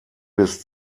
bis